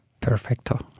Perfecto